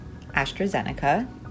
AstraZeneca